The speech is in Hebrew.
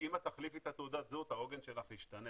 אם תחליפי את תעודת הזהות העוגן שלך ישתנה.